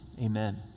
amen